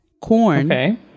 corn